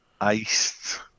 iced